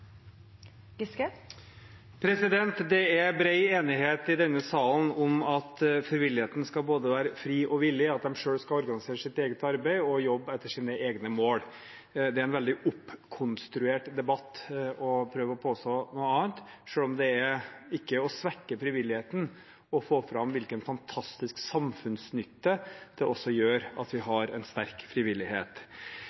replikkordskifte. Det er bred enighet i denne salen om at frivilligheten skal være både fri og villig, at de selv skal organisere sitt eget arbeid og jobbe etter sine egne mål. Det er en veldig oppkonstruert debatt å prøve å påstå noe annet, selv om det ikke er å svekke frivilligheten å få fram hvilken fantastisk samfunnsnytte det gjør at vi